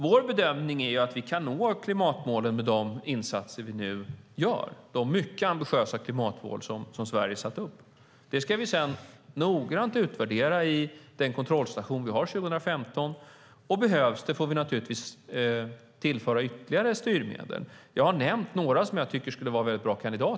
Vår bedömning är att vi kan nå de mycket ambitiösa klimatmål som Sverige har satt upp med de insatser vi nu gör. Det ska vi sedan noggrant utvärdera i den kontrollstation vi har 2015, och behövs det får vi naturligtvis tillföra ytterligare styrmedel. Jag har nämnt några som jag tycker skulle vara väldigt bra kandidater.